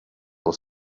was